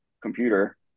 computer